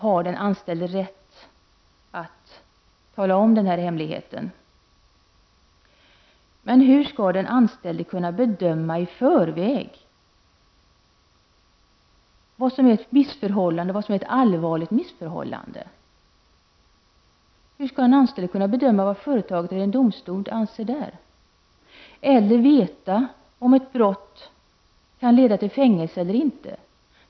Hur skall den anställde då i förväg kunna bedöma vad som utgör ett allvarligt missförhållande? Hur skall en anställd kunna bedöma om företaget eller en domstol anser att brott kan leda till fängelse eller inte?